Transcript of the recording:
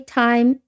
time